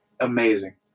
Amazing